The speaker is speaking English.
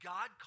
God